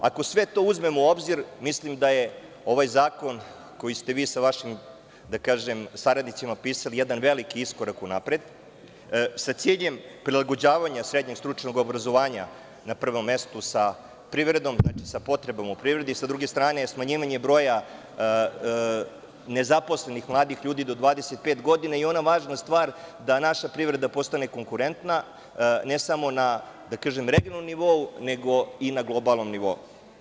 Ako sve to uzmemo u obzir, mislim da je ovaj zakon, koji ste vi sa vašim saradnicima pisali, jedan veliki iskorak unapred, sa ciljem prilagođavanja srednjeg stručnog obrazovanja na prvom mestu sa privredom, sa potrebama u privrede, a sa druge strane smanjivanje broja nezaposlenih mladih ljudi do 25 godina i ona važna stvar, da naša privreda postane konkurentna, ne samo na regionalnom nivou, nego i na globalnom nivou.